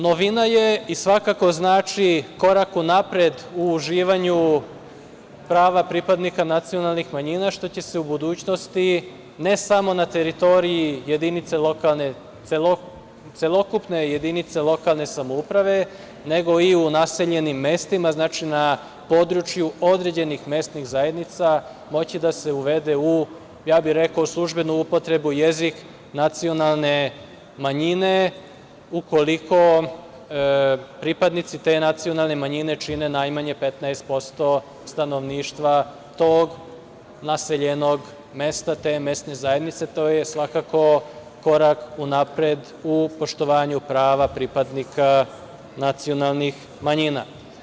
Novina je i svakako znači korak unapred u uživanju prava pripadnika nacionalnih manjina što će se u budućnosti ne samo na teritoriji celokupne jedinice lokalne, nego i u naseljenim mestima, znači, na području određenih mesnih zajednica, moći da se uvede, ja bih rekao, u službenu upotrebu jezik nacionalne manjine ukoliko pripadnici te nacionalne manjine čine najmanje 15% stanovništva tog naseljenog mesta te mesne zajednice, to je svakako korak unapred u poštovanju prava pripadnika nacionalnih manjina.